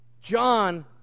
John